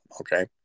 Okay